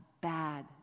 bad